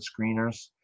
screeners